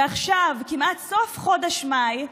ועכשיו כמעט סוף חודש מאי,